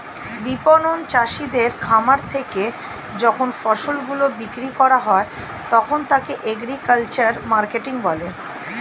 বিপণন চাষীদের খামার থেকে যখন ফসল গুলো বিক্রি করা হয় তখন তাকে এগ্রিকালচারাল মার্কেটিং বলে